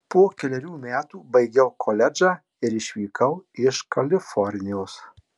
po kelerių metų baigiau koledžą ir išvykau iš kalifornijos